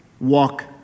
walk